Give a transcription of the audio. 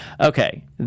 Okay